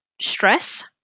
stress